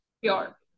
Pure